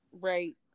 right